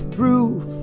proof